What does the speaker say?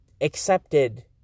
accepted